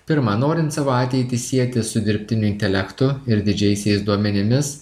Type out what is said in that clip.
pirma norint savo ateitį sieti su dirbtiniu intelektu ir didžiaisiais duomenimis